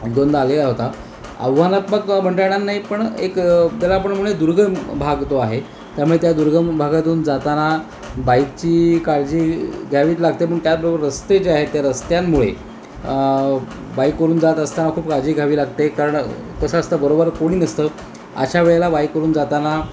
दोनदा आलेला होता आव्हानात्मक म्हणता येणारा नाही पण एक त्याला आपण म्हणूया दुर्गम भाग तो आहे त्यामुळे त्या दुर्गम भागातून जाताना बाईकची काळजी द्यावीच लागते पण त्याचबरोबर रस्ते जे आहेत त्या रस्त्यांमुळे बाईकवरून जात असताना खूप काळजी घावी लागते कारण कसं असतं बरोबर कोणी नसतं अशा वेळेला बाईकवरून जाताना